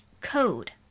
code